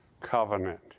covenant